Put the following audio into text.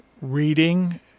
reading